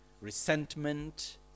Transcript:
resentment